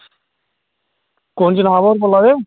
कु'न जनाब होर बोला दे